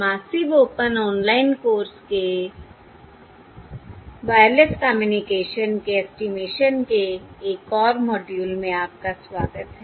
massive open online course के wireless communication के estimation के एक और मॉड्यूल में आपका स्वागत है